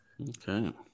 Okay